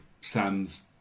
Sam's